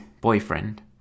boyfriend